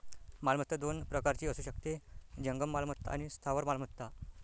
मालमत्ता दोन प्रकारची असू शकते, जंगम मालमत्ता आणि स्थावर मालमत्ता